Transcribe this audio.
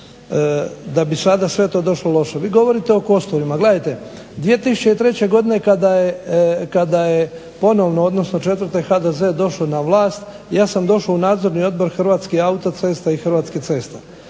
da bi sada sve to došlo loše. Vi govorite o kosturima, gledajte 2003. godine kada je ponovno odnosno 2004. HDZ došao na vlast ja sam došao u Nadzorni odbor Hrvatskih autocesta i Hrvatskih cesta.